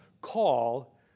call